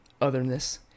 Otherness